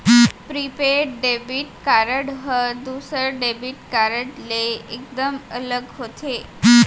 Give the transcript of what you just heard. prepaid debit card ह दूसर debit card ले एकदम अलग होथे